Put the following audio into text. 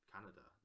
Canada